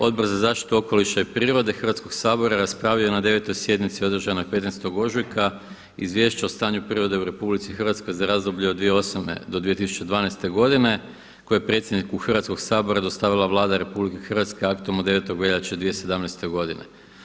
Odbor za zaštitu okoliša i prirode Hrvatskoga sabora raspravio je na 9. sjednici održanoj 15. ožujka Izvješće o stanju prirode u RH za razdoblje od 2008. do 2012. godine koje je predsjedniku Hrvatskoga sabora dostavila Vlada RH aktom od 9. veljače 2017. godine.